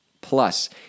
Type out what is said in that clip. Plus